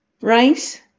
Rice